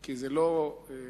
כי זה לא תקין.